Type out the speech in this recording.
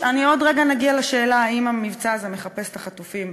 אני עוד רגע אגיע לשאלה אם המבצע הזה מחפש את החטופים.